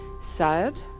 sad